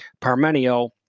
Parmenio